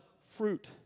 fruit